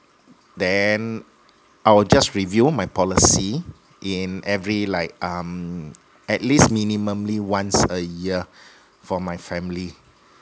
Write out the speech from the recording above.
then I will just review my policy in every like um at least minimumly once a year for my family